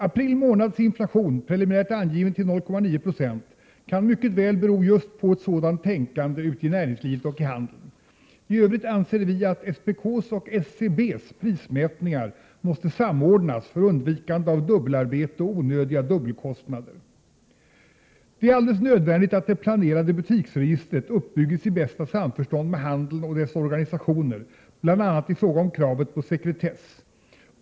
— April månads inflation — preliminärt angiven till 0,9 96 — kan mycket väl bero just på ett sådant tänkande ute i näringslivet och i handeln. I övrigt anser vi att SPK:s och SCB:s prismätningar måste samordnas för undvikande av dubbelarbete och onödiga dubbelkostnader. Det är alldeles nödvändigt att det planerade butiksregistret uppbyggs i,” ö bästa samförstånd med handeln och dess organisationer, bl.a. i fråga om kravet på sekretess.